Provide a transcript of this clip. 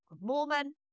Mormon